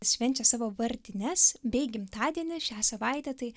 švenčia savo vardines bei gimtadienį šią savaitę tai